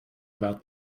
about